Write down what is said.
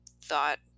thought